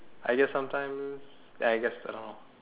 I guess sometimes I guess I don't know